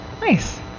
Nice